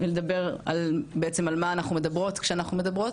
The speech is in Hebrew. ולדבר על מה אנחנו מדברות כשאנחנו מדברות.